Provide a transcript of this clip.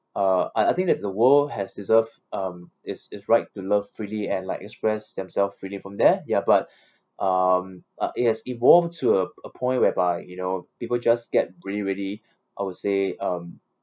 uh I I think that the world has deserved um its its right to love freely and like express themselves freely from there ya but um uh it has evolved to a a point whereby you know people just get really really I would say um